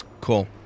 Cool